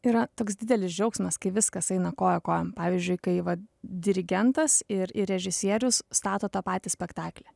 yra toks didelis džiaugsmas kai viskas eina koja kojon pavyzdžiui kai va dirigentas ir ir režisierius stato tą patį spektaklį